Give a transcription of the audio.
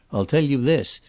i'll tell you this.